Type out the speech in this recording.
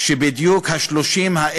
בדיוק מה שהיה